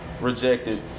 rejected